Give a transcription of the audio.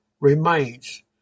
remains